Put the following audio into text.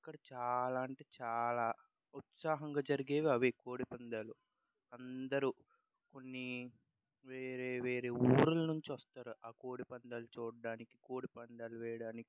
ఇక్కడ చాలా అంటే చాలా ఉత్సాహంగా జరిగేవి అవే కోడి పందాలు అందరూ కొన్ని వేరే వేరే ఊర్ల నుంచి వస్తారు ఆ కోడి పందేలు చూడడానికి కోడి పందాలు వేయడానికి